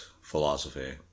philosophy